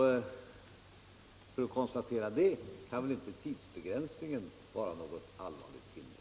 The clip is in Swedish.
För att konstatera detta kan väl inte tidsbegränsningen vara något allvarligt hinder.